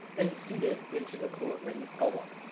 and seat it into the coolant ring elbow.